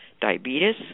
diabetes